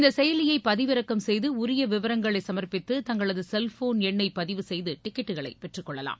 இந்த செயலியை பதிவிறக்கம் செய்து உரிய விவரங்களை சமர்ப்பித்து தங்களது செல்போன் எண்ணை பதிவு செய்து டிக்கெட்டுகளை பெற்றுக் கொள்ளலாம்